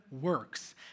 works